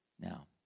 Now